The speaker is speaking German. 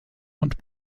und